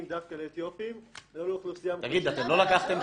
דווקא לאתיופים ולא לאוכלוסייה --- אתם לא לקחתם